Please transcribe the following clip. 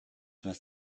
must